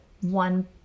one